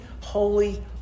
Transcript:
holy